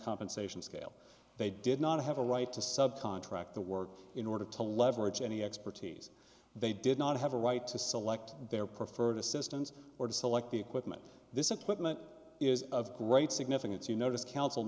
compensation scale they did not have a right to subcontract the work in order to leverage any expertise they did not have a right to select their preferred assistance or to select the equipment this equipment is of great significance you notice council